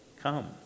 come